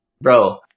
bro